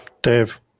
Dave